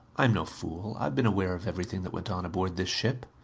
i am no fool. i have been aware of everything that went on aboard this ship.